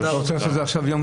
אני אחדד את הנקודה: